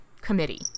committee